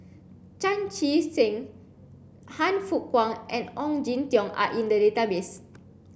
Chan Chee Seng Han Fook Kwang and Ong Jin Teong are in the database